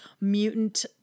mutant